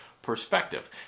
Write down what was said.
perspective